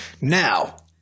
now